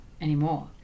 anymore